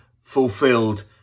fulfilled